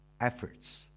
efforts